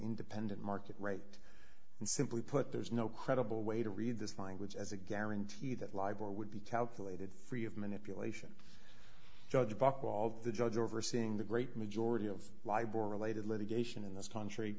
independent market rate and simply put there's no credible way to read this language as a guarantee that live or would be calculated free of manipulation judge buchwald the judge overseeing the great majority of libel related litigation in this